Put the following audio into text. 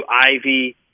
Ivy